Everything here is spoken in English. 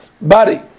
body